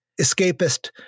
escapist